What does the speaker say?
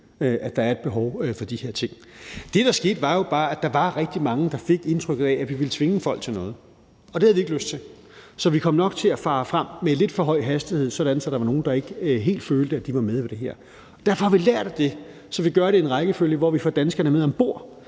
at der er et behov for de her ting. Det, der skete, var jo bare, at der var rigtig mange, der fik indtrykket af, at vi ville tvinge folk til noget. Og det havde vi ikke lyst til. Så vi kom nok til at fare frem med lidt for høj hastighed, sådan at der var nogle, der ikke helt følte, at de var med i det her. Derfor har vi lært af det, så vi gør det i en rækkefølge, hvor vi får danskerne med om bord.